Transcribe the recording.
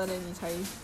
ya